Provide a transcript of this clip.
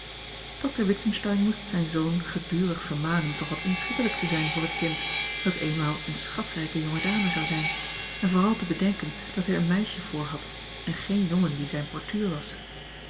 dokter witgensteyn moest zijn zoon gedurig vermanen toch wat inschikkelijk te zijn voor het kind dat eenmaal eene schatrijke jonge dame zou zijn en vooral te bedenken dat hij een meisje voor had en geen jongen die zijn portuur was